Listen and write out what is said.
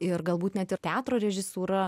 ir galbūt net ir teatro režisūra